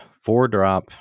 four-drop